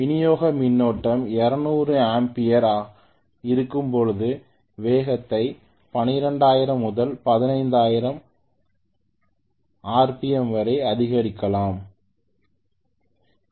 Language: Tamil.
விநியோக மின்னோட்டம் 200 ஆம்பியர்களாக இருக்கும்போது வேகத்தை 1200 முதல் 1500 ஆர்பிஎம் வரை அதிகரிக்க புலம் சுற்றுக்கு என்ன ரெசிஸ்டன்ஸ் சேர்க்கப்பட வேண்டும் என்பதைக் கண்டறியவும்